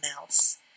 else